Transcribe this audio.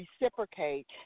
reciprocate